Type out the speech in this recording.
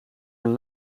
een